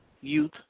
youth